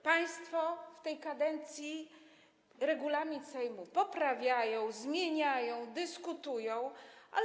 Państwo w tej kadencji regulamin Sejmu poprawiają, zmieniają, dyskutują o nim.